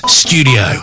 studio